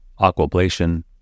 aquablation